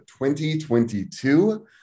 2022